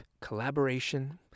collaboration